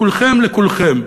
כולכם לכולכם.